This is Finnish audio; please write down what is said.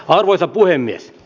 arvoisa puhemies